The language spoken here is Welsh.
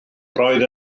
roedd